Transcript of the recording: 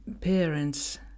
parents